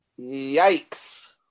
Yikes